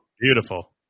beautiful